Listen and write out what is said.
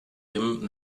him